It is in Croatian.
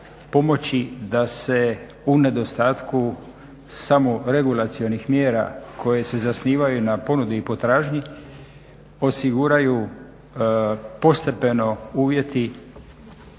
pomoći da se u nedostatku samoregulacionih mjera koje se zasnivaju na ponudi i potražnji osiguraju postepeno uvjeti,